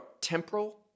temporal